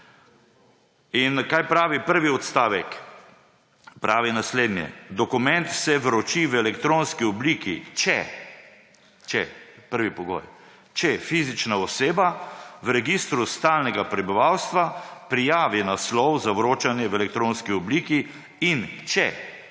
In kaj pravi prvi odstavek? Pravi naslednje: »Dokument se vroči v elektronski obliki, če,« če, prvi pogoj, »če fizična oseba v registru stalnega prebivalstva prijavi naslov za vročanje v elektronski obliki in če,«